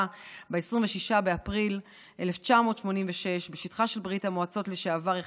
ב-26 באפריל 1986 בשטחה של ברית המועצות לשעבר הוא